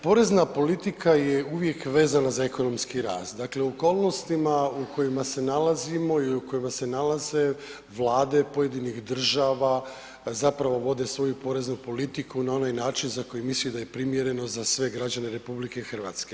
Porezna politika je uvijek vezana za ekonomski rast, dakle okolnostima u kojima se nalazimo ili u kojima se nalaze Vlade pojedinih država, zapravo vode svoju poreznu politiku na onaj način za koji misle da primjereno za sve građane RH.